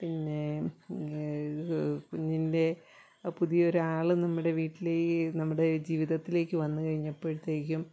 പിന്നെ കുഞ്ഞിൻ്റെ പുതിയൊരാൾ നമ്മുടെ വീട്ടിൽ ഈ നമ്മുടെ ജീവിതത്തിലേക്ക് വന്ന് കഴിഞ്ഞപ്പോഴത്തേക്കും